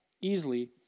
easily